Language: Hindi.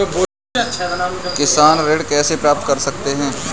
किसान ऋण कैसे प्राप्त कर सकते हैं?